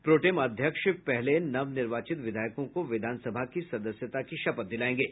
pro tem अध्यक्ष पहले नव निर्वाचित विधायकों को विधान सभा की सदस्यता की शपथ दिलायेंगे